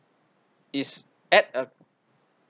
is at a